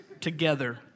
together